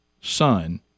son